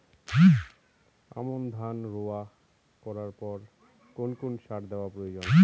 আমন ধান রোয়া করার পর কোন কোন সার দেওয়া প্রয়োজন?